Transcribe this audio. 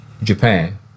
japan